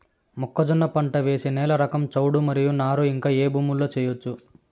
మొక్కజొన్న పంట వేసే నేల రకం చౌడు మరియు నారు ఇంకా ఏ భూముల్లో చేయొచ్చు?